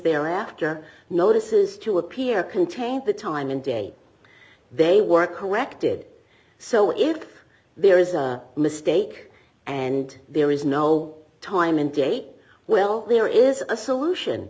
there after notices to appear contained the time and date they were corrected so if there is a mistake and there is no time and date well there is a solution